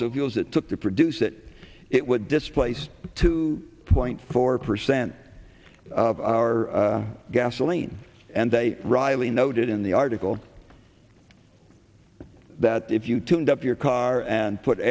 l fuels it took to produce that it would displace two point four percent of our gasoline and a reilly noted in the article that if you tuned up your car and put